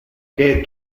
que